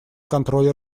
контроле